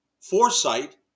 foresight